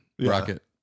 Rocket